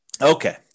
Okay